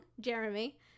Jeremy